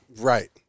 Right